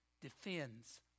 defends